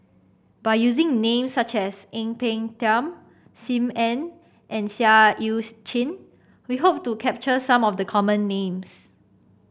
by using names such as Ang Peng Tiam Sim Ann and Seah Eu Chin we hope to capture some of the common names